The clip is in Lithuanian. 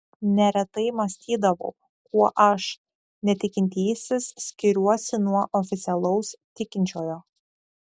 neretai mąstydavau kuo aš netikintysis skiriuosi nuo oficialaus tikinčiojo